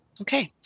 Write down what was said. Okay